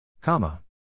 Comma